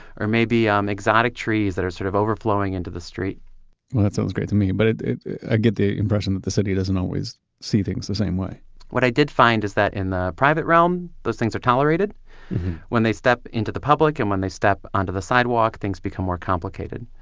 or maybe i'm exotic trees that are sort of overflowing into the street well, that sounds great to me, but i get the impression that the city doesn't always see things the same way what i did find is that in the private realm, those things are tolerated when they step into the public and when they step onto the sidewalk, things become more complicated.